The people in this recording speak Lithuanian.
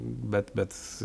bet bet